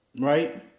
Right